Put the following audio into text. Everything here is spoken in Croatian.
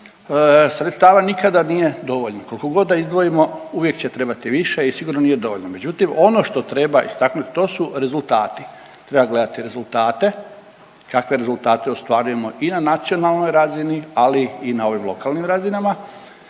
Sredstava nikada nije dovoljno. Koliko god da izdvojimo uvijek će trebati više i sigurno nije dovoljno. Međutim, ono što treba istaknuti to su rezultati. Treba gledati rezultate, kakve rezultate ostvarujemo i na nacionalnoj razini, ali i na ovim lokalnim razinama,